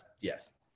yes